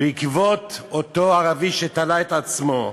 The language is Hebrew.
בעקבות אותו ערבי שתלה את עצמו,